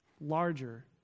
larger